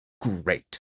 great